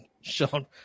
Sean